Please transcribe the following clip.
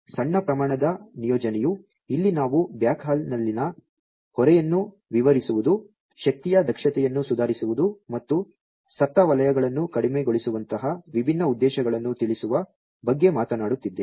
ಸಣ್ಣ ಪ್ರಮಾಣದ ನಿಯೋಜನೆಯು ಇಲ್ಲಿ ನಾವು ಬ್ಯಾಕ್ಹಾಲ್ನಲ್ಲಿನ ಹೊರೆಯನ್ನು ನಿವಾರಿಸುವುದು ಶಕ್ತಿಯ ದಕ್ಷತೆಯನ್ನು ಸುಧಾರಿಸುವುದು ಮತ್ತು ಸತ್ತ ವಲಯಗಳನ್ನು ಕಡಿಮೆಗೊಳಿಸುವಂತಹ ವಿಭಿನ್ನ ಉದ್ದೇಶಗಳನ್ನು ತಿಳಿಸುವ ಬಗ್ಗೆ ಮಾತನಾಡುತ್ತಿದ್ದೇವೆ